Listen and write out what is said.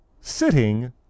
sitting